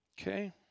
Okay